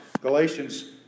Galatians